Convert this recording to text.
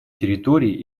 территории